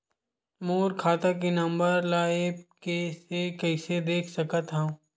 मोर खाता के नंबर ल एप्प से कइसे देख सकत हव?